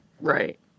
Right